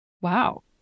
Wow